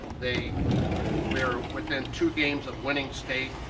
they were within two games of winning state.